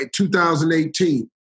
2018